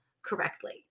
Correctly